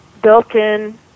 built-in